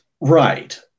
right